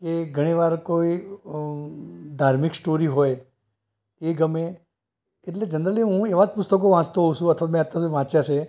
એ ઘણીવાર કોઈ અ ધાર્મિક સ્ટોરી હોય એ ગમે એટલે જનરલી હું એવાં જ પુસ્તકો વાંચતો હોંઉ છું અથવા તો મેં અત્યાર સુધી વાંચ્યા છે